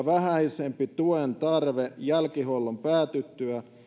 vähäisempi tuen tarve jälkihuollon päätyttyä